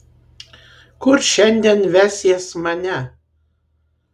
kur šiandien vesies mane